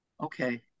okay